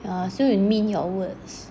uh so you mean your words